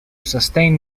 sustain